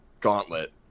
gauntlet